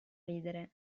ridere